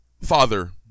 father